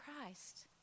Christ